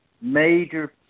major